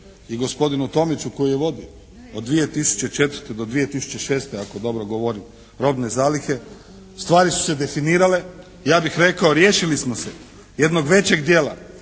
se ne razumije./ … od 2004. do 2006. ako dobro govorim robne zalihe. Stvari su se definirale. Ja bih rekao riješili smo se jednog većeg dijela